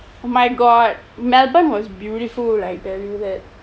my god melbourne was beautiful I tell you